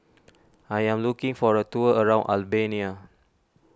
I am looking for the tour around Albania